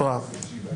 בכפוף להתראה, כן.